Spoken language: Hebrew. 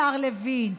השר לוין,